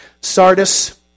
Sardis